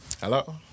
Hello